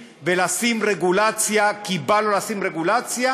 ולשים רגולציה כי בא לו לשים רגולציה?